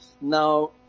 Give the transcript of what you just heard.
Now